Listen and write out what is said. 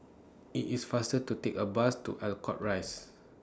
IT IS faster to Take A Bus to Ascot Rise